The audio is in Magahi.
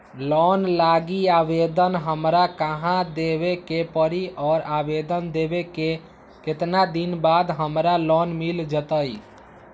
लोन लागी आवेदन हमरा कहां देवे के पड़ी और आवेदन देवे के केतना दिन बाद हमरा लोन मिल जतई?